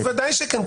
ודאי שכן.